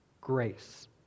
grace